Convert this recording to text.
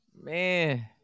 man